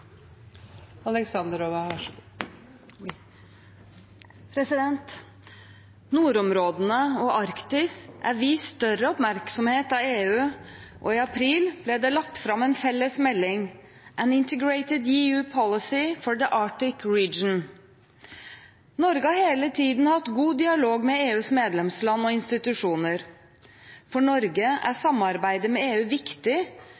i april ble det lagt fram en felles melding, «An integrated EU policy for the Arctic region». Norge har hele tiden hatt god dialog med EUs medlemsland og institusjoner. For Norge er samarbeidet med EU viktig